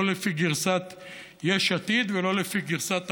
לא לפי גרסת יש עתיד ולא לפי גרסת החרדים,